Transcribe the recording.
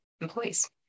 employees